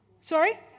Sorry